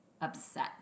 upset